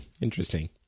Interesting